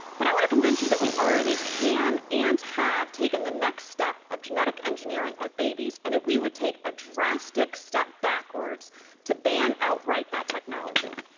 but i want to convince you that we already can and have taken the next step of genetic engineering of babies and that we would take a drastic step backwards to ban outright that technology.